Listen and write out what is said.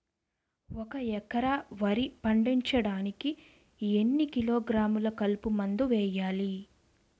ఒక ఎకర వరి పండించటానికి ఎన్ని కిలోగ్రాములు కలుపు మందు వేయాలి?